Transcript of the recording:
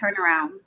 turnaround